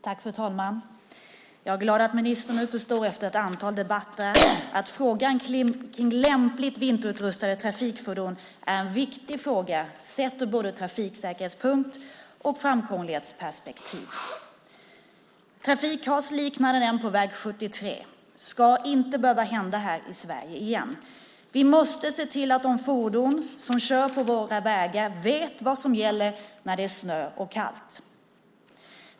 Fru talman! Jag är glad att ministern efter ett antal debatter förstår att frågan om lämpligt vinterutrustade trafikfordon är viktig sett ur både trafiksäkerhetssynpunkt och framkomlighetsperspektiv. Trafikkaos liknande det på väg 73 ska inte behöva inträffa här i Sverige igen. Vi måste se till att de fordonsförare som kör på våra vägar vet vad som gäller när det är snö och kallt.